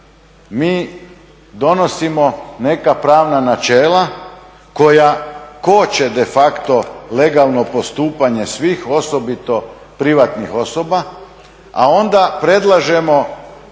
Mi donosimo neka pravna načela koja koče de facto legalno postupanje svih, osobito privatnih osoba a onda predlažemo u